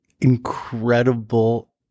incredible